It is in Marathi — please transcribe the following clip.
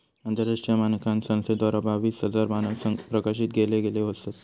आंतरराष्ट्रीय मानांकन संस्थेद्वारा बावीस हजार मानंक प्रकाशित केले गेले असत